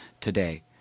today